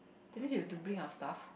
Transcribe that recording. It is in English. that means you have to bring your stuff